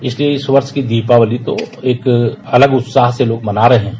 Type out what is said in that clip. इसलिए इस वर्ष की दीपावली तो एक अलग उत्साह से लोग मना रहे हैं